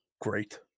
great